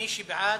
מי שבעד,